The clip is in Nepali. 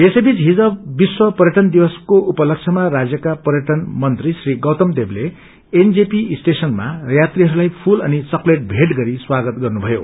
यसैबीच हिज विश्व पर्यअन दिवसको उपलक्ष्यमा राज्यका पर्यटन मंत्री श्री गौतम देवले एनजेपी स्टेशनमा यात्रीहरूलाई फूल अनि चकलेट भेट गरी स्वागत गर्नुभयो